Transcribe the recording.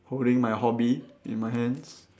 holding my hobby in my hands